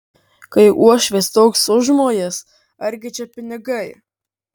kai uošvės toks užmojis argi čia pinigai